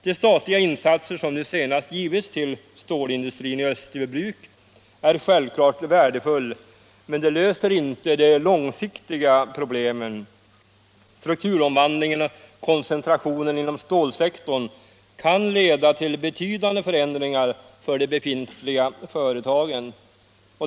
De statliga insatser som nu senast gjorts för stålindustrin i Österbybruk är självklart värdefulla, men löser inte de långsiktiga problemen. Strukturomvandlingen och koncentrationen inom stålsektorn kan leda till betydande förändringar för de befintliga företagen.